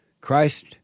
Christ